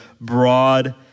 broad